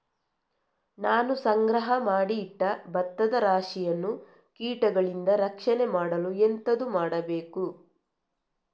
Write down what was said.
ನಾನು ಸಂಗ್ರಹ ಮಾಡಿ ಇಟ್ಟ ಭತ್ತದ ರಾಶಿಯನ್ನು ಕೀಟಗಳಿಂದ ರಕ್ಷಣೆ ಮಾಡಲು ಎಂತದು ಮಾಡಬೇಕು?